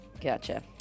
Gotcha